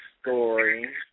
story